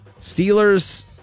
Steelers